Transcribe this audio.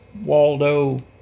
Waldo